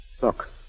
Look